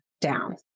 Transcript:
down